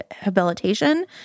rehabilitation